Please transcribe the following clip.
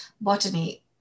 botany